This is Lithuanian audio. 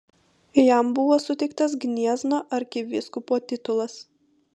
jam buvo suteiktas gniezno arkivyskupo titulas